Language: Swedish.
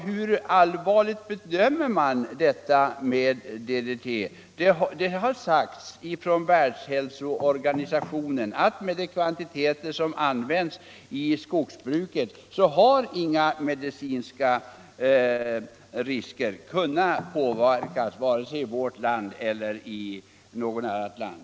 Hur allvarliga bedömer man att skadeverkningarna av DDT är? Världs hälsoorganisationen har sagt att inga medicinska risker har kunnat påvisas med de kvantiteter som används i skogsbruket, vare sig i vårt land eller i något annat land.